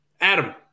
Adam